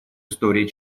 истории